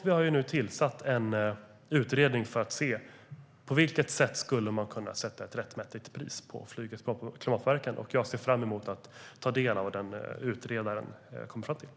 Vi har nu tillsatt en utredning för att se på vilket sätt man skulle kunna sätta ett rättmätigt pris på flygets klimatpåverkan, och jag ser fram emot att ta del av vad utredaren kommer fram till.